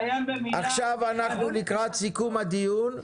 אנחנו לקראת סיכום הדיון.